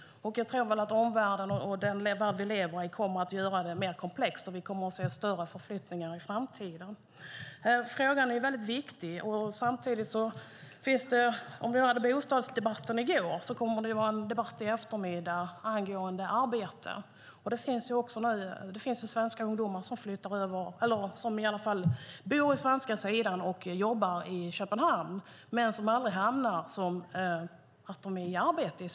Jag tror att vår omvärld kommer att göra det mer komplext, och vi kommer att se större förflyttningar i framtiden. Frågan är viktig. I går hade vi en bostadsdebatt, och i eftermiddag kommer det att vara en debatt om arbete. Det finns ungdomar som bor i Sverige och jobbar i Köpenhamn där det i Sverige aldrig syns att de är i arbete.